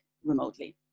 remotely